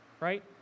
right